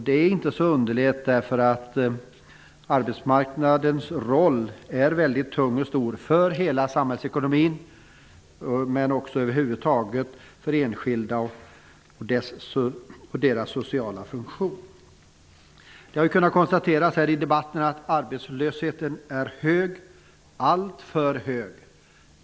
Det är inte så underligt, därför att arbetsmarknadens roll är stor och tung för hela samhällsekonomin men också för enskilda och deras sociala funktion. Vi har kunnat konstatera i debatten att arbetslösheten är alldeles för hög.